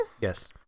Yes